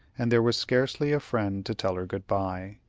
and there was scarcely a friend to tell her good-by.